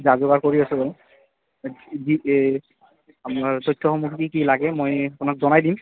যা যোগাৰ কৰি আছেোঁ বাৰু আপোনাৰ তথ্য়সমুহ কি লাগে মই আপোনাক জনাই দিম